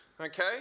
Okay